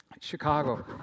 Chicago